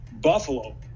Buffalo